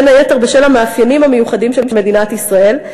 בין היתר בשל המאפיינים המיוחדים של מדינת ישראל,